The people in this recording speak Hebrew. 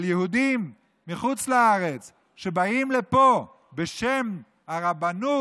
אבל יהודים מחוץ לארץ שבאים לפה בשם הרבנות,